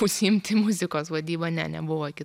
užsiimti muzikos vadyba ne nebuvo iki